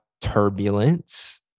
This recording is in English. turbulence